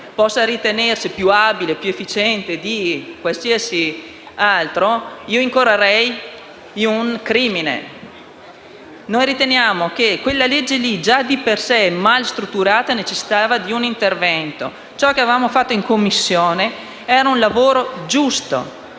può ritenersi più abile o più efficiente di qualsiasi altro, si incorrerebbe in un crimine. Ritenevamo che la legge Mancino fosse di per sé mal strutturata e necessitasse di un intervento e ciò che avevamo fatto in Commissione era un lavoro giusto.